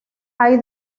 hay